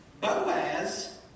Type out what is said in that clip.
Boaz